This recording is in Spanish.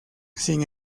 sin